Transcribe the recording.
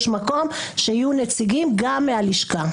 ויש מקום שיהיו נציגים גם מהלשכה.